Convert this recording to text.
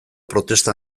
protesta